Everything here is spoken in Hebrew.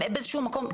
באיזה שהוא מקום,